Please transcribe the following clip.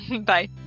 bye